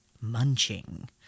munching